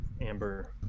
amber